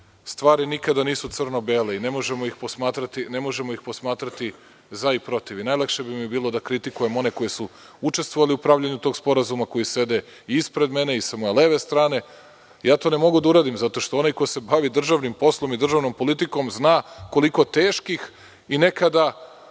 stvari nikada nisu crno bele i ne možemo ih posmatrati za i protiv, i najlakše bi mi bilo da kritikujem one koji su učestvovali u pravljenju tog sporazuma koji sede ispred mene, i sa moje leve strane. Ja to ne mogu da uradim zato što onaj koji se bavi državnim poslom i državnom politikom zna koliko teških i nekada,